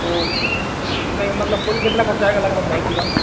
तो नहीं मतलब कुल कितना खर्चा आएगा अलग मैक्सिमम